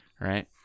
Right